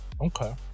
Okay